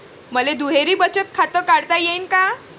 मले दुहेरी बचत खातं काढता येईन का?